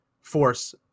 force